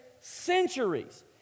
centuries